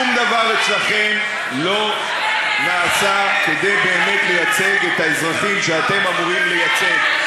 שום דבר אצלכם לא נעשה כדי באמת לייצג את האזרחים שאתם אמורים לייצג.